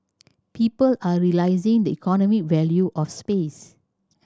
people are realising the economic value of space